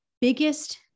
biggest